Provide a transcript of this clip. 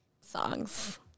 songs